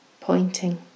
pointing